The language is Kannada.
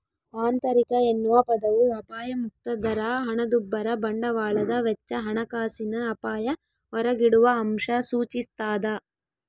ಆಂತರಿಕ ಎನ್ನುವ ಪದವು ಅಪಾಯಮುಕ್ತ ದರ ಹಣದುಬ್ಬರ ಬಂಡವಾಳದ ವೆಚ್ಚ ಹಣಕಾಸಿನ ಅಪಾಯ ಹೊರಗಿಡುವಅಂಶ ಸೂಚಿಸ್ತಾದ